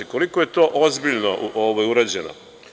Koliko je to ozbiljno urađeno?